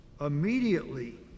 Immediately